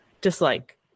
dislike